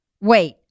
Wait